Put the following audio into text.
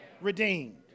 redeemed